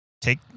Take